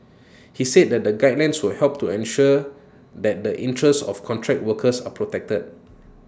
he said that the guidelines will help to ensure that the interests of contract workers are protected